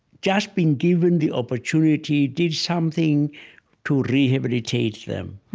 just being given the opportunity did something to rehabilitate them.